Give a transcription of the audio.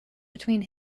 between